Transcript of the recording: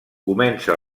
comença